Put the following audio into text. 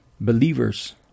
believers